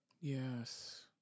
Yes